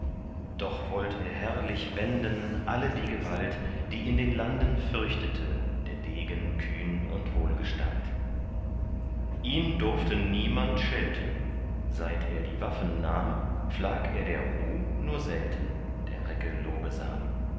doch wollt er herrlich wenden alle die gewalt die in den landen fürchtete der degen kühn und wohlgestalt ihn durfte niemand schelten seit er die waffen nahm pflag er der ruh nur selten der recke lobesam